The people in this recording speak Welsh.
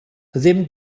ddim